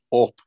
up